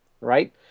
right